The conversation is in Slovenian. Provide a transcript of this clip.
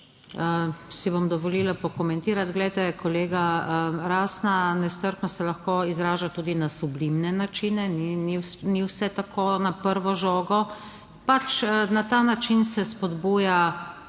Si bom dovolila pokomentirati. Glejte kolega, rasna nestrpnost se lahko izraža tudi na sublimne načine. ni vse tako na prvo žogo. Pač na ta način se spodbuja